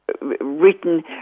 written